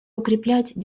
укреплять